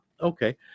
okay